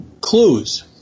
clues